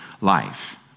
life